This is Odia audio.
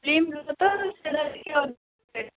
ପ୍ଲେନ ରୁହେ ତ ସେଇଟା ଟିକେ ଅଧିକ ରୁହେ